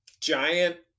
giant